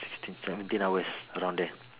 sixteen seventeen hours around there